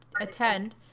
attend